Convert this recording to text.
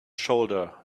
shoulder